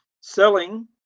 Selling